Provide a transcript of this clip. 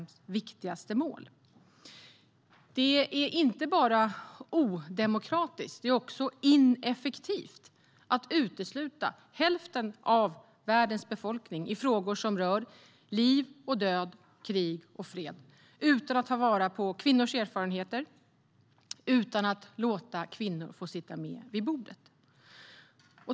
FN:s säkerhetsråds-resolution 1325 Det är inte bara odemokratiskt utan också ineffektivt att utesluta hälften av världens befolkning i frågor som rör liv och död, krig och fred och hantera dem utan att ta vara på kvinnors erfarenheter och utan att låta kvinnor sitta med vid bordet.